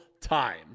time